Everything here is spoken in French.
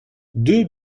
deux